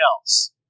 else